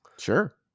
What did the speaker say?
Sure